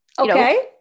Okay